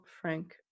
Frank